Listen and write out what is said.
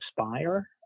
expire